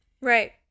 Right